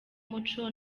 umucyo